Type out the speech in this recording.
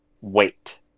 wait